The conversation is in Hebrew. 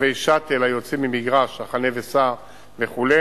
רכבי "שאטל" היוצאים ממגרש ה"חנה וסע" וכו',